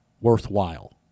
worthwhile